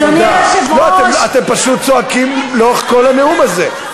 אתם פשוט צועקים לאורך כל הנאום הזה.